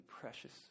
precious